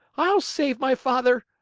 i'll save my father!